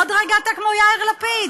עוד רגע אתה כמו יאיר לפיד.